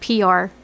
PR